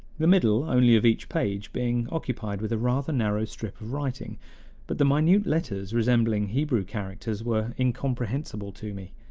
the middle only of each page being occupied with a rather narrow strip of writing but the minute letters resembling hebrew characters, were incomprehensible to me.